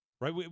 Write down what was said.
right